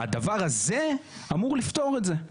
שהדבר הזה אמור לפתור את זה.